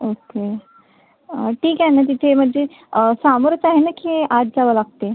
okay ठीक आहे ना तिथे म्हणजे समोरच आहे ना की आत जावं लागते